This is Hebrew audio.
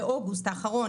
אז הוא לא אחראי על הצרכן?